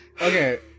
Okay